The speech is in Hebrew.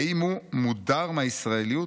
האם הוא מודר מהישראליות?